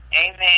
amen